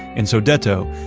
in sodeto,